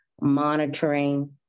monitoring